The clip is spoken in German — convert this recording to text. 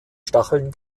stacheln